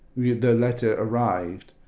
yeah the letter arrived,